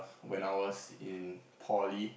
when I was in poly